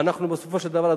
ואנחנו בסופו של דבר,